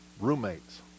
Roommates